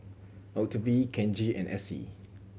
Octavie Kenji and Essie